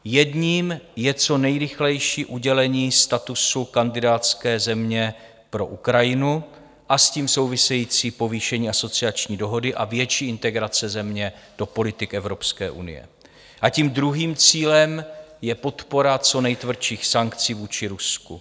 Jedním je co nejrychlejší udělení statusu kandidátské země pro Ukrajinu a s tím související povýšení asociační dohody a větší integrace země do politik Evropské unie a tím druhým cílem je podpora co nejtvrdších sankcí vůči Rusku.